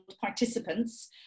participants